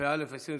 התשפ"א 2021,